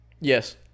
Yes